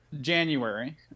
January